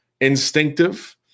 instinctive